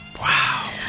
Wow